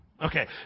Okay